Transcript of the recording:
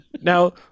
Now